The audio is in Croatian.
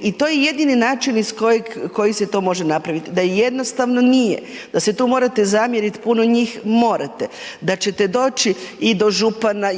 I to je jedini način iz kojeg, koji se to može napravit, da je jednostavno, nije, da se tu morate zamjerit puno njih, morate, da ćete doći i do župana